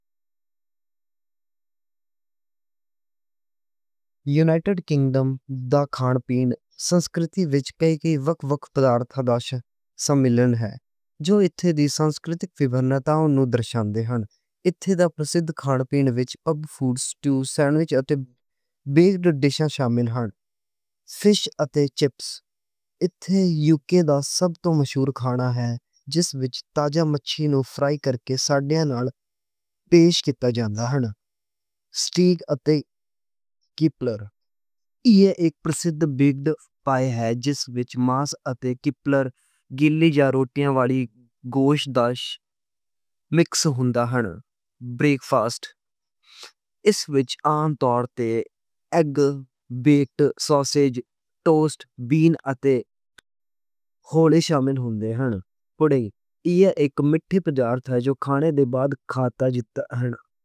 United kingdom دا کھان پین سنسکرتی وچ کئی کئی وکھ وکھ پدارتھاں دا سملن ہے۔ جو ایتھے دی سنسکرتک وکھرتاواں نوں درشاندے ہن۔ ایتھے دا پرسِد کھان پین وچ پب فوڈ، سٹو، سینڈوچ تے بیکڈ ڈِشاں شامل ہن۔ فِش اتے چپس ایتھے یوکے دا سب توں مشہور کھانا ہے۔ جس وچ تازہ مَچھی نوں فرائی کرکے کے ساتھ نال پیش کیتا جاندا ہے۔ سٹیک اتے کڈنی ایہہ اک پرسِد بیکڈ پائی ہے۔ جس وچ ماس اتے کڈنی گوشت دا مکس ہندا ہے۔ بریکفاسٹ اس وچ عام طور تے ایگ، بیکن، ساسج، ٹوسٹ، بین اتے ہولے شامل ہندے ہن۔ پڈنگ ایہہ اک مِٹھی پدارتھ ہے جو کھانے دے بعد کھادا جاندا ہے۔